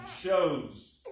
shows